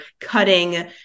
cutting